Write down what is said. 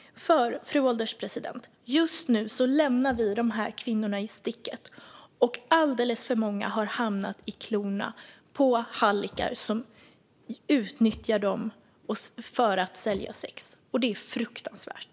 Fru ålderspresident! Just nu lämnar vi de här kvinnorna i sticket. Alldeles för många har hamnat i klorna på hallickar som utnyttjar dem för att sälja sex, och det är fruktansvärt.